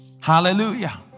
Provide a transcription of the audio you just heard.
Hallelujah